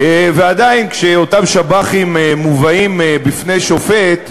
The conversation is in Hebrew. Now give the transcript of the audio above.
ועדיין, כשאותם שב"חים מובאים בפני שופט,